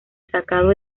sacado